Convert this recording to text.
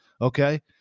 okay